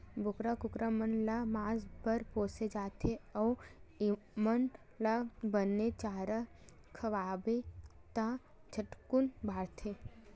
बोकरा, कुकरा मन ल मांस बर पोसे जाथे अउ एमन ल बने चारा खवाबे त झटकुन बाड़थे